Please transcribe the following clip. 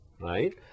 right